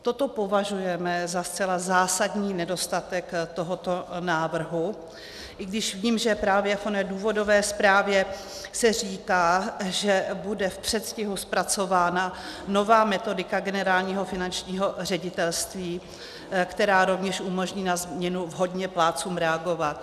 Toto považujeme za zcela zásadní nedostatek tohoto návrhu, i když vím, že právě v oné důvodové zprávě se říká, že bude v předstihu zpracována nová metodika Generálního finančního ředitelství, která rovněž umožní na změnu vhodně plátcům reagovat.